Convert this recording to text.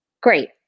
great